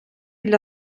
для